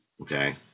Okay